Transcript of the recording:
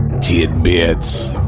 tidbits